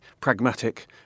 pragmatic